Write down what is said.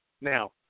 Now